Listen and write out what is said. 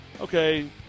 okay